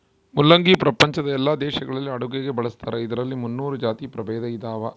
ಮುಲ್ಲಂಗಿ ಪ್ರಪಂಚದ ಎಲ್ಲಾ ದೇಶಗಳಲ್ಲಿ ಅಡುಗೆಗೆ ಬಳಸ್ತಾರ ಇದರಲ್ಲಿ ಮುನ್ನೂರು ಜಾತಿ ಪ್ರಭೇದ ಇದಾವ